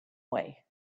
way